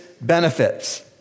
benefits